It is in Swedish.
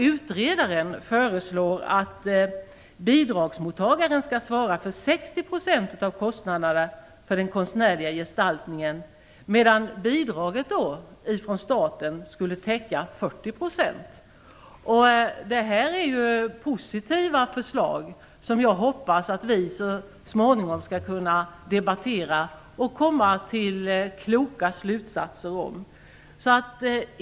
Utredaren föreslår att bidragsmottagaren skall svara för 60 % av kostnaderna för den konstnärliga gestaltningen medan bidraget från staten skulle täcka 40 %. Det här är positiva förslag som jag hoppas att vi så småningom skall kunna debattera och komma till kloka slutsatser om.